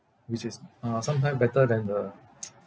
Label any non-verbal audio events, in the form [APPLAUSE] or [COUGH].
which is uh sometime better than the [NOISE]